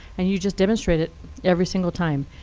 and you just demonstrate it every single time.